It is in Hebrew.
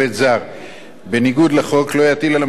בניגוד לחוק לא יטיל על המעסיק קנס שיפחת